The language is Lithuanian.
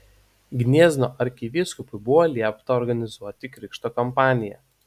gniezno arkivyskupui buvo liepta organizuoti krikšto kampaniją